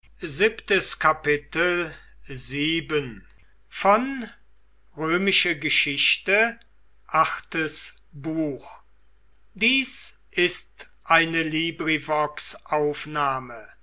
sind ist eine